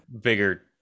bigger